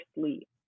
sleep